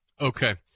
Okay